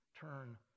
turn